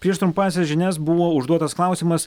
prieš trumpąsias žinias buvo užduotas klausimas